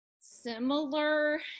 similar